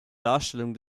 darstellung